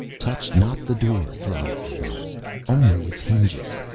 touch not the door, thrala advised only its hinges.